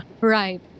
Right